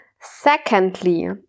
Secondly